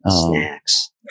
Snacks